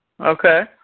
Okay